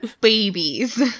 babies